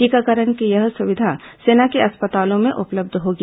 टीकाकरण की यह सुविधा सेना के अस्पतालों में उपलब्ध होगी